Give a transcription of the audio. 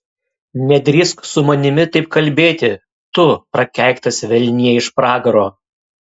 nedrįsk su manimi taip kalbėti tu prakeiktas velnie iš pragaro